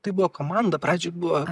tai buvo komanda pradžioj buvo